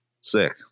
sick